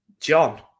john